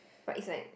but is like